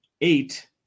eight